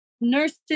nurses